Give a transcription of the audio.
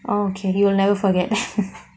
oh K you will never forget